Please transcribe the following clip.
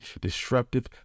disruptive